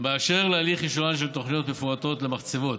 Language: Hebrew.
באשר להליך אישורן של תוכניות מפורטות למחצבות,